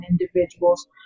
individuals